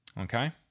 Okay